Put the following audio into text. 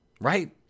right